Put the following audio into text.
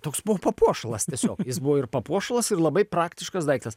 toks buvo papuošalas tiesiog jis buvo ir papuošalas ir labai praktiškas daiktas